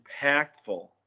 impactful